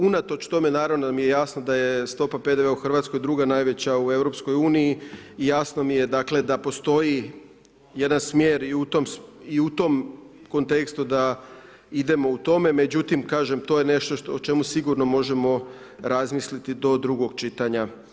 Unatoč tome naravno da mi je jasno da je stopa PDV-a u Hrvatskoj druga najveća u EU i jasno mi je da postoji jedan smjer i u tom kontekstu da idemo u tome, međutim kažem, to je nešto o čemu sigurno možemo razmisliti do drugog čitanja.